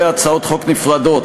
להצעות חוק נפרדות,